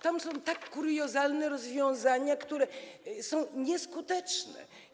Tam są kuriozalne rozwiązania, które są nieskuteczne.